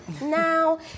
Now